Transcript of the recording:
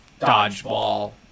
Dodgeball